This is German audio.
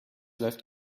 läuft